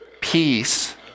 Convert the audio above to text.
peace